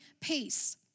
peace